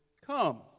come